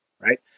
right